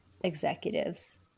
executives